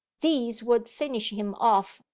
these would finish him off,